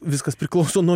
viskas priklauso nuo